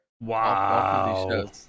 wow